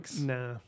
Nah